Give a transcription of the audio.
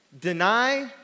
Deny